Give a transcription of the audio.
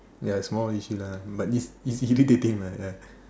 ya small issue lah but it's it's irritating lah ya